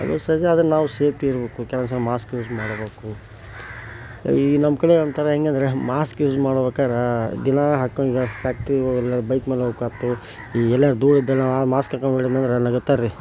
ಅದು ಸರಿ ಆದರೆ ನಾವು ಸೇಫ್ಟಿ ಇರಬೇಕು ಕೆಲವೊಂದ್ಸಲ ಮಾಸ್ಕ್ ಯೂಸ್ ಮಾಡಬೇಕು ಈ ನಮ್ಮ ಕಡೆ ಒಂಥರಾ ಹೆಂಗೆ ಅಂದರೆ ಮಾಸ್ಕ್ ಯೂಸ್ ಮಾಡ್ಬೇಕಾದ್ರೆ ದಿನಾ ಹಾಕ್ಕೊಂಡು ಫ್ಯಾಕ್ಟ್ರಿಗೆ ಹೋಗಲ್ಲ ಬೈಕ್ ಮೇಲೆ ಹೋಕ್ಕಾತು ಈ ಎಲ್ಲಾರ ಧೂಳು ಇದ್ದಲ್ಲಿ ಮಾಸ್ಕ್ ಹಾಕ್ಕೊಂಡು ಓಡೀನಿ ಅಂದ್ರೆ ನಗುತ್ತಾರ್ರಿ